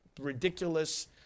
ridiculous